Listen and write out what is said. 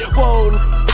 Whoa